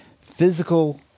Physical